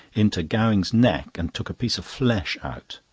into gowing's neck and took a piece of flesh out.